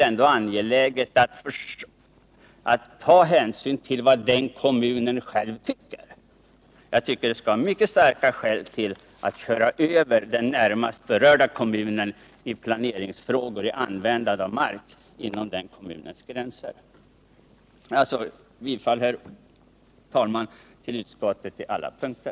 Jag anser att det skall vara mycket starka skäl för att köra över den närmast berörda kommunen i planeringsfrågor när det gäller användande av mark I inom kommunens gränser. Jag yrkar alltså, herr talman, bifall till utskottets hemställan på alla punkter.